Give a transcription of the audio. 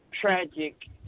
tragic